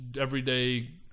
everyday